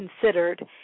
considered